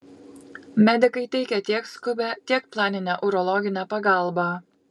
medikai teikia tiek skubią tiek planinę urologinę pagalbą